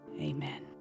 Amen